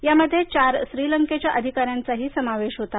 यामध्ये चार श्रीलंकेच्या अधिकाऱ्यांचाही समावेश होता